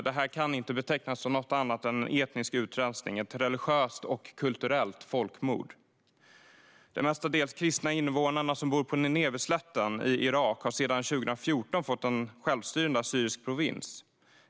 Det kan inte betecknas som något annat än etnisk utrensning, ett religiöst och kulturellt folkmord. De mestadels kristna invånarna som bor på Nineveslätten i Irak har sedan 2014 haft en självstyrande assyrisk provins.